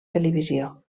televisió